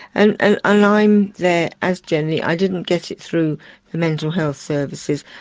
and ah and i'm there as jenny, i didn't get it through the mental health services.